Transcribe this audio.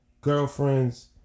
girlfriends